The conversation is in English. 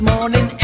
Morning